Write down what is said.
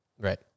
right